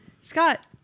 Scott